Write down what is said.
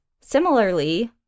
similarly